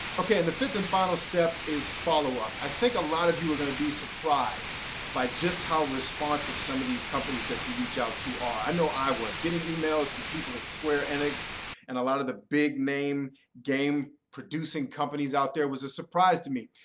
ok, and the fifth and final step is follow up. i think a lot of you are going to be surprised by just how responsive some of these companies that you reach out to are. i know i was. getting emails from people at square enix and a lot of the big name game producing companies out there was a surprise to me.